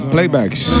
Playbacks